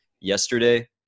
yesterday